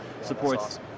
supports